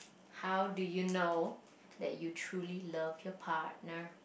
how do you know that you truly love your partner